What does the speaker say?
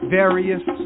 various